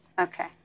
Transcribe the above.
Okay